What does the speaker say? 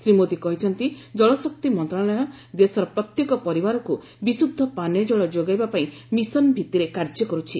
ଶ୍ରୀ ମୋଦୀ କହିଛନ୍ତି ଜଳଶକ୍ତି ମନ୍ତ୍ରଣାଳୟ ଦେଶର ପ୍ରତ୍ୟେକ ପରିବାରକୁ ବିଶୁଦ୍ଧ ପାନୀୟ ଜଳ ଯୋଗାଇବା ପାଇଁ ମିଶନ ଭିତ୍ତିରେ କାର୍ଯ୍ୟ କରୁଛି